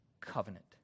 covenant